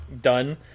done